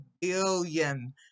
billion